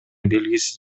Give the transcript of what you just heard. белгисиз